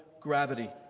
gravity